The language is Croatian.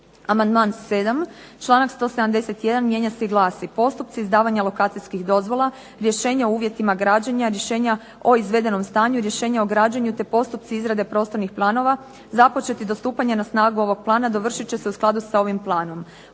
Amandman sedam, članak 171. mijenja se i glasi postupci izdavanja lokacijskih dozvola, rješenja o uvjetima građenja, rješenja o izvedenom stanju, rješenja o građenju, te postupci izrade prostornih planova, započeti do stupanja na snagu ovog plana, dovršit će se u skladu sa ovim planom.